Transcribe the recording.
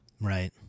Right